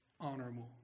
honorable